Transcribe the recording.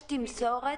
יש תמסורת,